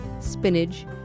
spinach